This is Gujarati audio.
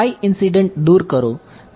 તેથી દૂર કરો